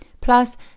plus